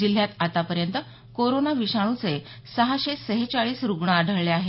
जिल्ह्यात आतापर्यंत कोरोना विषाणुचे सहाशे सेहेचाळीस रुग्ण आढळले आहेत